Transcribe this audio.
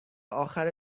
آخر